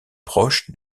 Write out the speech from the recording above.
proches